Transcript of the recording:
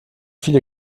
viele